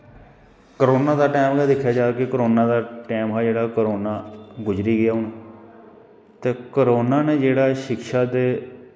corona दा time गै दिक्खेआ जा ते करोना टैम दा जेह्ड़ा करोना गुजरी गेआ हून त् करोना ने जेह्ड़ा शिक्षा दे